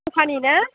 दखानि ना